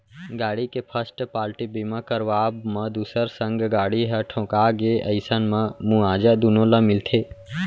गाड़ी के first party बीमा करवाब म दूसर संग गाड़ी ह ठोंका गे अइसन म मुवाजा दुनो ल मिलथे